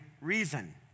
reason